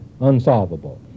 Unsolvable